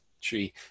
Tree